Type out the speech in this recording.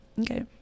Okay